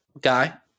guy